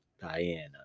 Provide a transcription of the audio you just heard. Diana